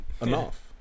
enough